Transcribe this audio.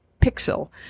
pixel